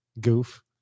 goof